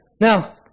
Now